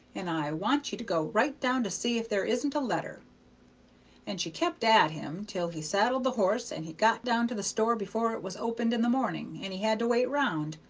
and i want you to go right down to see if there isn't a letter and she kept at him till he saddled the horse, and he got down to the store before it was opened in the morning, and he had to wait round,